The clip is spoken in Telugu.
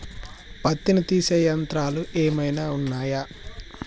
పత్తిని తీసే యంత్రాలు ఏమైనా ఉన్నయా?